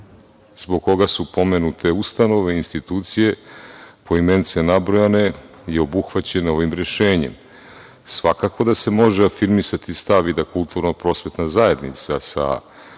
zbog koga su pomenute ustanove i institucije, poimence nabrojane i obuhvaćene ovim rešenjem. Svakako da se može afirmisati stav i da kulturno-prosvetna zajednica sa